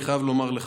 אני חייב לומר לך,